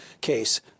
case